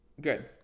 Good